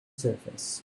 surface